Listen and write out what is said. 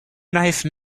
knife